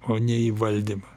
o ne į valdymą